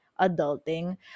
adulting